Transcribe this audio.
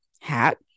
hat